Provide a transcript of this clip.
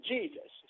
Jesus